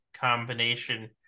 Combination